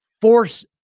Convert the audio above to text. force